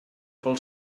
pel